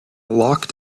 locked